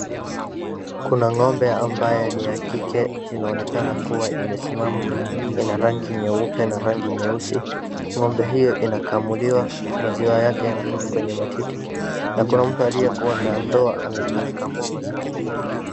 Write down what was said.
Kuna ng'ombe ambaye ni ya kike inaonekana kuwa imesimama, ina rangi nyeupe na rangi nyeusi. Ng'ombe hiyo inakamuliwa maziwa yake yanatoka kwenye matiti na kuna mtu aliyekuwa na ndoo anakamua maziwa hiyo .